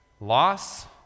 loss